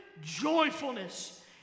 joyfulness